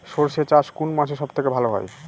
সর্ষে চাষ কোন মাসে সব থেকে ভালো হয়?